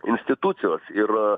institucijos ir